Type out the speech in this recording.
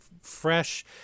fresh